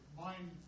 mind